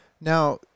Now